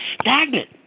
stagnant